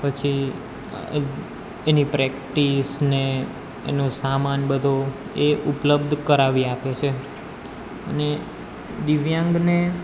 પછી એની પ્રેક્ટિસ ને એનો સામાન બધો એ ઉપલબ્ધ કરાવી આપે છે અને દિવ્યાંગને